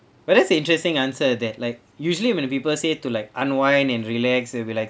but that's interesting answer that like usually when people say to like unwind and relax it will be like